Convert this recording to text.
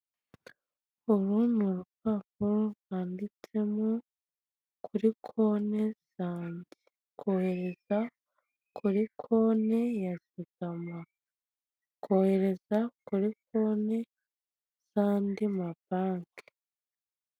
Uru ni rupapuro rwanditsemo kuri konti zanjye. Kohereza kuri konti ya zigama. Kohereza kuri koti z'andi mabanki.